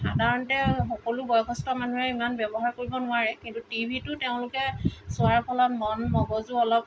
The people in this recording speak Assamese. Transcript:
সাধাৰণতে সকলো বয়সস্থ মানুহে ইমান ব্যৱহাৰ কৰিব নোৱাৰে কিন্তু টিভিটো তেওঁলোকে চোৱাৰ ফলত মন মগজু অলপ